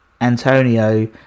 Antonio